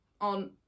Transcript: on